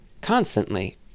Constantly